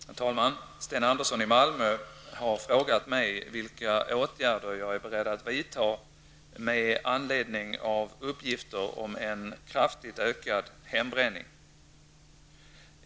Herr talman! Sten Andersson i Malmö har frågat mig vilka åtgärder jag är beredd att vidta med anledning av uppgifter om en kraftigt ökad hembränning.